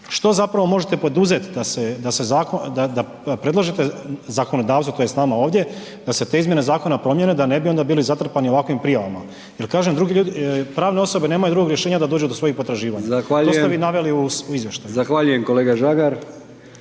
Što zapravo možete poduzeti da se, predlažete zakonodavcu, tj. nama ovdje, da se te izmjene zakona promijene da ne bi onda bili zatrpani ovakvim prijavama? Jer kažem, drugi ljudi, pravne osobe nemaju rješenja da dođu do svojih potraživanja, to ste vi naveli u izvještaju.